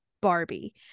Barbie